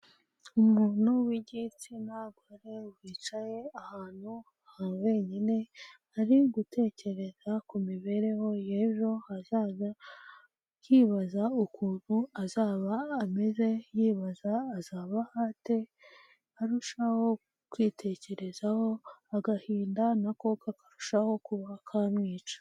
Umuntu w'igitsinagore wicaye ahantu ha wenyine, ari gutekereza ku mibereho y'ejo hazaza akibaza ukuntu azaba ameze, yibaza azabaho ate, arushaho kwitekerezaho agahinda na ko kakarushaho kuba kamwica.